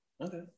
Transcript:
Okay